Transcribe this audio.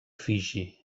fiji